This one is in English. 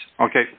Okay